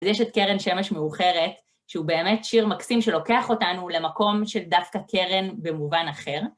ויש את קרן שמש מאוחרת, שהוא באמת שיר מקסים שלוקח אותנו למקום של דווקא קרן במובן אחר.